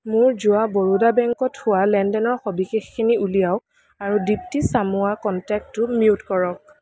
মোৰ যোৱা বৰোদা বেংকত হোৱা লেনদেনৰ সবিশেষখিনি উলিয়াওক আৰু দিপ্তী চামুৱাৰ কণ্টেক্টটো মিউট কৰক